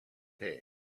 pay